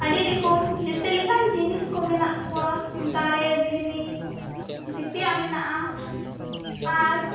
ᱟᱹᱰᱤ ᱨᱚᱠᱚᱢ ᱡᱮᱛᱮ ᱞᱮᱠᱟᱱ ᱡᱤᱱᱤᱥᱠᱚ ᱢᱮᱱᱟᱜ ᱠᱚᱣᱟ ᱫᱟᱨᱮ ᱫᱷᱤᱨᱤ ᱡᱮᱛᱮᱭᱟᱜ ᱢᱮᱱᱟᱜᱼᱟ ᱟᱨ